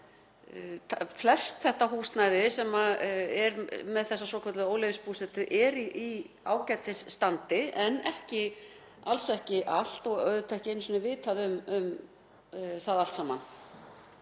flest þetta húsnæði sem er með þessa svokölluðu óleyfisbúsetu er í ágætisstandi en alls ekki allt og ekki einu sinni vitað um það allt saman.